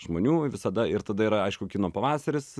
žmonių ir visada ir tada yra aišku kino pavasaris